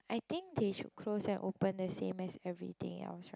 I think they should close and open the same as everything else right